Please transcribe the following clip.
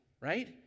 right